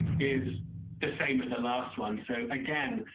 is the same as the last one, so again,